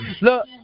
look